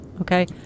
okay